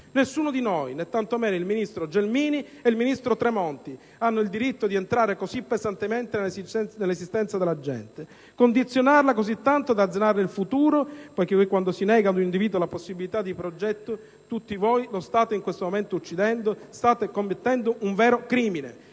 Nessuno di noi, tanto meno i ministri Gelmini e Tremonti hanno il diritto di entrare così pesantemente nell'esistenza della gente, condizionarla così tanto da azzerarne il futuro. Infatti, quando si nega ad un individuo la possibilità di un progetto, tutti voi in quel momento lo state uccidendo, state commettendo un vero crimine.